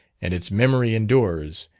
and its memory endures,